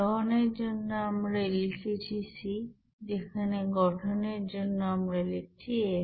দহন এর জন্য আমরা লিখছি c যেখানে গঠনের জন্য আমরা লিখছি f